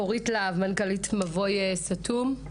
אורית להב, מנכ"לית מבוי סתום.